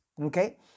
okay